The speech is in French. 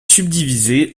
subdivisé